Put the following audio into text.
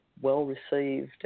well-received